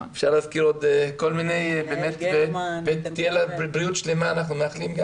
אפשר להזכיר עוד כל מיני ובריאות שלמה אנחנו מאחלים גם